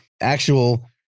actual